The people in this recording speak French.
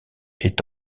est